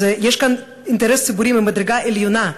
לכן יש כאן אינטרס ציבורי ממדרגה עליונה.